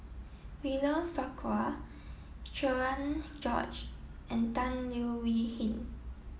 William Farquhar Cherian George and Tan Leo Wee Hin